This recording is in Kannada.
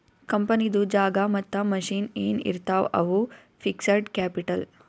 ಕಂಪನಿದು ಜಾಗಾ ಮತ್ತ ಮಷಿನ್ ಎನ್ ಇರ್ತಾವ್ ಅವು ಫಿಕ್ಸಡ್ ಕ್ಯಾಪಿಟಲ್